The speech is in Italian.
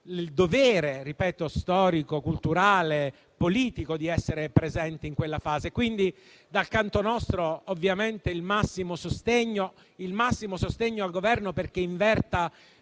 il dovere storico, culturale e politico di essere presenti in quella fase. Dal canto nostro, c'è il massimo sostegno al Governo perché inverta